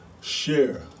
share